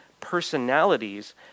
personalities